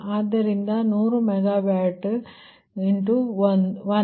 ಆದ್ದರಿಂದ 100 mega watt into 1